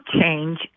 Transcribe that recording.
change